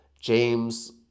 James